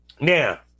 now